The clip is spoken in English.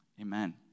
Amen